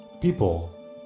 people